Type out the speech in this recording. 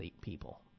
people